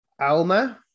Alma